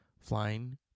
flying